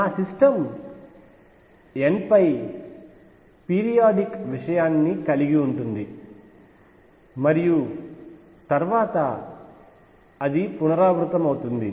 నా system n తో ఈ పీరియాడిక్ విషయాన్ని కలిగి ఉంటుంది మరియు తర్వాత అది పునరావృతమవుతుంది